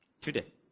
Today